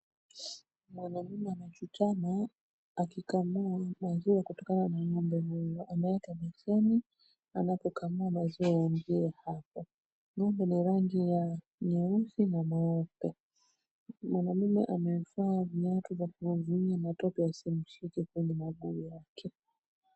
Mwanaume amechutama akikamua maziwa kutokana na ng'ombe huyo. Ameweka beseni anapokamua maziwa yaingie hapo. Ng'ombe ni rangi ya nyeusi na mweupe. Mwanaume amevaa viatu vya kumuuzuia matope yasimshike kwenye miguu wake.